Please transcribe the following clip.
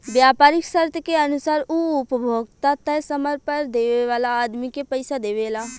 व्यापारीक शर्त के अनुसार उ उपभोक्ता तय समय पर देवे वाला आदमी के पइसा देवेला